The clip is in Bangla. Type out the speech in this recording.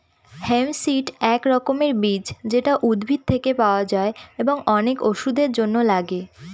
হেম্প সিড এক রকমের বীজ যেটা উদ্ভিদ থেকে পাওয়া যায় এবং অনেক ওষুধের জন্য লাগে